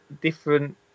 different